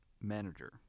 manager